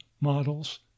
models